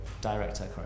director